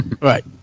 Right